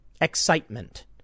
excitement